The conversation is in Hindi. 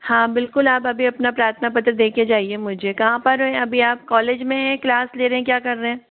हाँ बिल्कुल आप अभी अपना प्रार्थना पत्र देके जाइए मुझे कहाँ पर है अभी आप कॉलेज में हैं क्लास ले रहे क्या कर रहे हैं